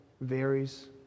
varies